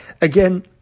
Again